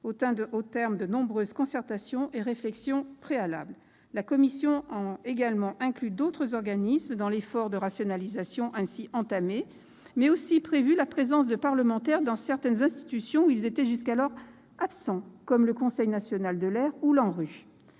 au terme de nombreuses concertations et réflexions préalables. La commission des lois a également inclus d'autres organismes dans cet effort de rationalisation. En outre, elle a souhaité la présence de parlementaires dans des institutions où ils étaient jusqu'ici absents, comme le Conseil national de l'air ou le